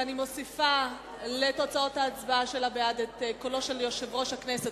ואני מוסיפה לתוצאות ההצבעה בעד את קולו של יושב-ראש הכנסת